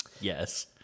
Yes